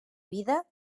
vida